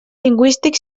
lingüístic